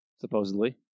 Supposedly